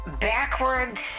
backwards